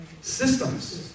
Systems